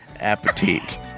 appetite